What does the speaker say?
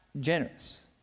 generous